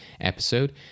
episode